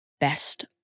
Best